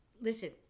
listen